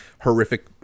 horrific